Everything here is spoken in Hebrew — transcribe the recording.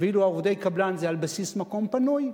ואילו עובדי קבלן זה על בסיס מקום פנוי,